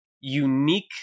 unique